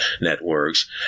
networks